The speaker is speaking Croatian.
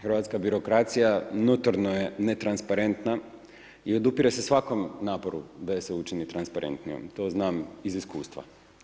Hrvatska birokracija notorno je ne transparentna i odupire se svakom naporu da je se učini transparentnijom, to znam iz iskustva.